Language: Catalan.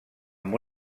amb